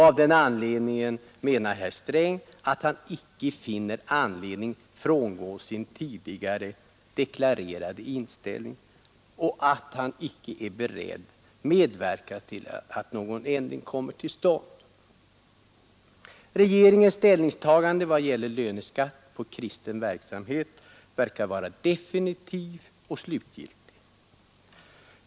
Av den anledningen menar herr Sträng att han icke har anledning frångå sin tidigare deklarerade inställning och att han icke är beredd medverka till att någon ändring kommer till stånd. Regeringens ställningstagande i vad gäller löneskatt på kristen verksamhet verkar vara definitivt och slutgiltigt.